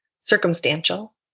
circumstantial